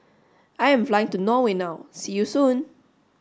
I am flying to Norway now see you soon